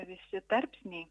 visi tarpsniai